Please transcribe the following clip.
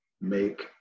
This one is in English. make